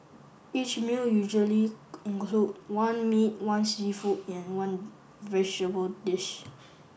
each meal usually include one meat one seafood and one vegetable dish